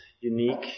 unique